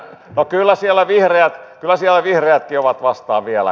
no kyllä siellä vihreät asiavirheet juva vastaavia